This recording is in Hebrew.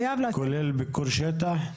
כולל ביקור שטח?